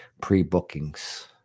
pre-bookings